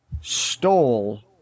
stole